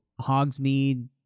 Hogsmeade